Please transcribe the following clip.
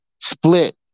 split